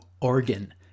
organ